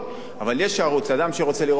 אדם שרוצה לראות חדשות בערבית